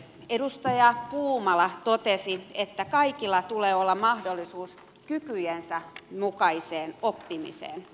edustaja puumala totesi että kaikilla tulee olla mahdollisuus kykyjensä mukaiseen oppimiseen